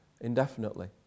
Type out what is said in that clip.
indefinitely